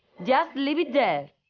just leave it there!